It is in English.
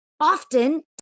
Often